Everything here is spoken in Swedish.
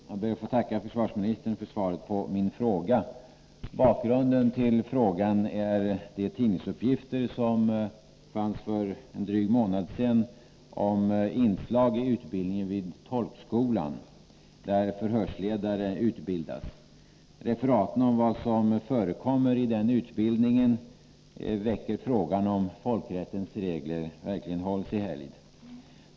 Herr talman! Jag ber att få tacka försvarsministern för svaret på min fråga. Bakgrunden till frågan är de tidningsuppgifter som fanns för en dryg månad sedan om inslag i utbildningen vid tolkskolan, där förhörsledare utbildas. Referaten om vad som förekommer i den utbildningen väcker frågan om folkrättens regler verkligen hålls i helgd.